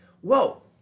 Whoa